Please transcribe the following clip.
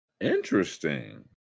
Interesting